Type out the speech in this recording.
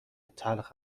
تلخ